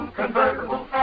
convertible